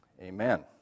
Amen